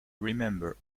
remember